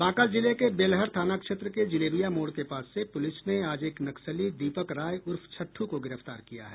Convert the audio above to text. बांका जिले के बेलहर थाना क्षेत्र के जिलेबिया मोड़ के पास से पूलिस ने आज एक नक्सली दीपक राय उर्फ छट्ठू को गिरफ्तार किया है